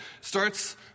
starts